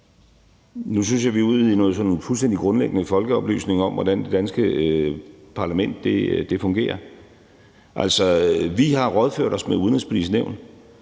Nu synes jeg, vi er ude i noget sådan fuldstændig grundlæggende folkeoplysning om, hvordan det danske parlament fungerer. Vi har rådført os med Det Udenrigspolitiske